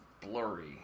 blurry